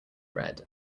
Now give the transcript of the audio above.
red